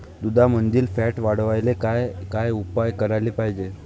दुधामंदील फॅट वाढवायले काय काय उपाय करायले पाहिजे?